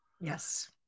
Yes